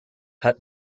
hut